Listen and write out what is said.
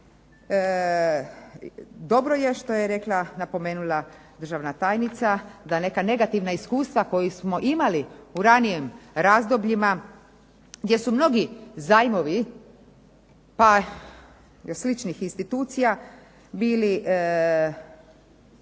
Dobro je što je rekla, napomenula državna tajnica da neka negativna iskustva koja smo imali u ranijim razdobljima gdje su mnogi zajmovi sličnih institucija bili